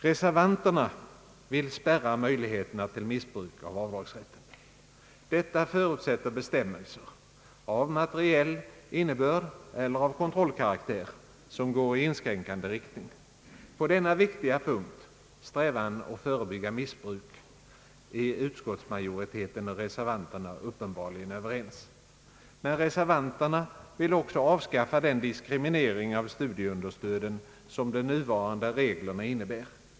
Reservanterna vill spärra möjligheterna till missbruk av avdragsrätten. Detta förutsätter bestämmelser — av materiell innebörd eller av kontrollkaraktär — som går i inskränkande riktning. På denna viktiga punkt — strävan att förebygga missbruk — är utskottsmajoriteten och reservanterna uppenbarligen överens. Men reservanterna vill också avskaffa den diskriminering av studieunderstöden som de nuvarande reglerna innebär.